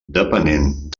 depenent